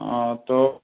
ہاں تو